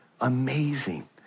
Amazing